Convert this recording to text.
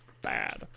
bad